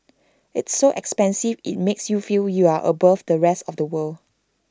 it's so expensive IT makes you feel you're above the rest of people